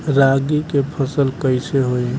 रागी के फसल कईसे होई?